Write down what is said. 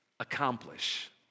accomplish